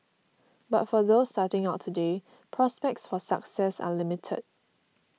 but for those starting out today prospects for success are limited